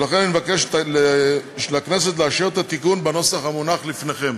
ולכן אני מבקש מהכנסת לאשר את התיקון בנוסח המונח לפניכם.